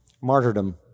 martyrdom